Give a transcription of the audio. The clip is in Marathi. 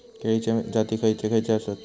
केळीचे जाती खयचे खयचे आसत?